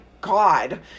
God